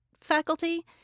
faculty